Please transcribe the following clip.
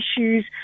issues